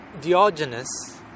Diogenes